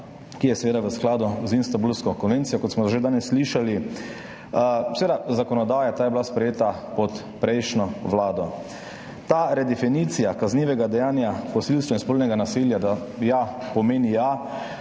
ki je seveda v skladu z Istanbulsko konvencijo, kot smo danes že slišali. Zakonodaja je bila sprejeta pod prejšnjo vlado, ta redefinicija kaznivega dejanja posilstva in spolnega nasilja, da ja pomeni ja,